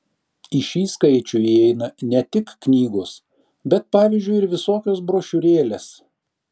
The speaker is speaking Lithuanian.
į šį skaičių įeina ne tik knygos bet pavyzdžiui ir visokios brošiūrėlės